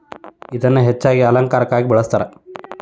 ಇದನ್ನಾ ಹೆಚ್ಚಾಗಿ ಅಲಂಕಾರಕ್ಕಾಗಿ ಬಳ್ಸತಾರ